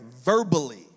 verbally